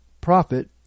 profit